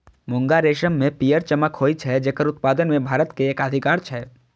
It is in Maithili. मूंगा रेशम मे पीयर चमक होइ छै, जेकर उत्पादन मे भारत के एकाधिकार छै